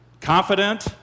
confident